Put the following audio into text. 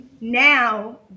now